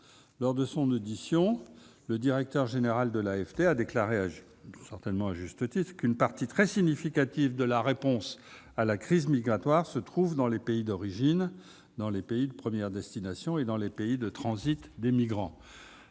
affaires étrangères, le directeur général de l'AFD a déclaré, certainement à juste titre, qu'« une partie très significative de la réponse à la crise migratoire se trouve dans les pays d'origine, dans les pays de première destination et dans les pays de transit des migrants